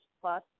plus